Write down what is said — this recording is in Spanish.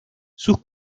sus